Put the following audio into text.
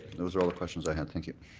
those are all the questions i have. thank you.